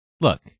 Look